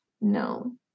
No